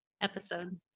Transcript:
episode